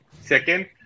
Second